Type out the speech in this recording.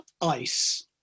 ice